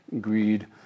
greed